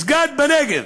מסגד בנגב,